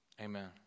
Amen